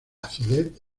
acidez